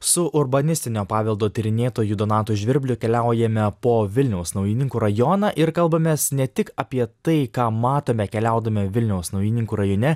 su urbanistinio paveldo tyrinėtoju donatu žvirbliu keliaujame po vilniaus naujininkų rajoną ir kalbamės ne tik apie tai ką matome keliaudami vilniaus naujininkų rajone